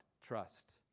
Trust